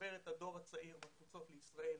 שמחבר את הדור הצעיר בתפוצות לישראל.